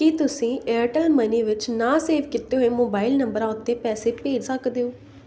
ਕੀ ਤੁਸੀਂਂ Airtel money ਵਿੱਚ ਨਾ ਸੇਵ ਕਿਤੇ ਹੋਏ ਮੋਬਾਈਲ ਨੰਬਰਾਂ ਉੱਤੇ ਪੈਸੇ ਭੇਜ ਸਕਦੇ ਹੋ